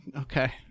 okay